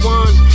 one